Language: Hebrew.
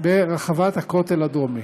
ברחבת הכותל הדרומי.